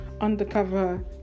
undercover